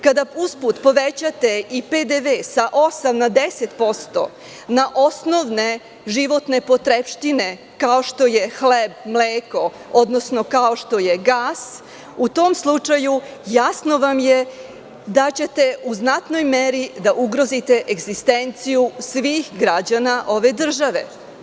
Kada usput povećate i PDV sa 8% na 10% na osnovne životne potrepštine, kao što je hleb, mleko, odnosno, kao što je gas, u tom slučaju jasno vama je da ćete u znatnoj meri da ugrozite egzistenciju svih građana ove države.